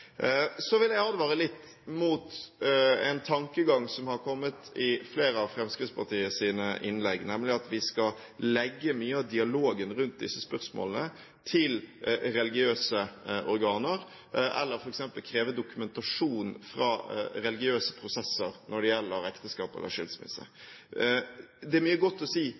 Så vil jeg advare litt mot en tankegang som har kommet fram i flere av Fremskrittspartiets innlegg, nemlig at vi skal legge mye av dialogen rundt disse spørsmålene til religiøse organer eller f.eks. kreve dokumentasjon fra religiøse prosesser når det gjelder ekteskap eller skilsmisse. Det er mye godt å si